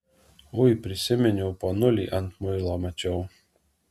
ui prisiminiau ponulį ant muilo mačiau